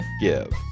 give